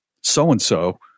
So-and-so